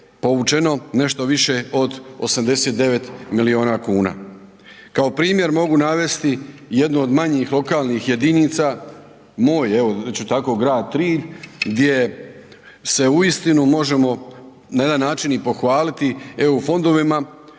povučeno nešto više od 89 milijuna kuna. Kao primjer mogu navesti jednu od manjih lokalnih jedinica, moj, evo, će tako grad Trilj gdje se uistinu možemo na jedan način i pohvaliti EU fondovima